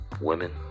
women